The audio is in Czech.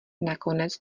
nakonec